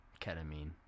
ketamine